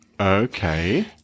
Okay